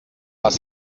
les